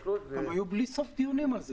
היו בלי סוף דיונים על זה.